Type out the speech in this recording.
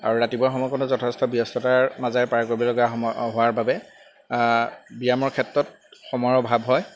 আৰু ৰাতিপুৱা সময়কণত যথেষ্ট ব্যস্ততাৰ মাজেৰে পাৰ কৰিবলগা সময় হোৱাৰ বাবে ব্যায়ামৰ ক্ষেত্ৰত সময়ৰ অভাৱ হয়